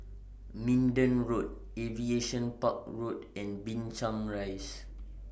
Minden Road Aviation Park Road and Binchang Rise